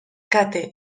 kate